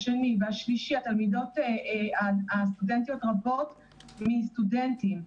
השני והשלישי הסטודנטיות רבות מסטודנטים.